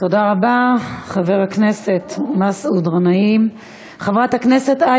תודה רבה, חבר הכנסת מסעוד גנאים.